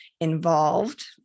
involved